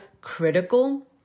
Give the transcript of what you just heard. critical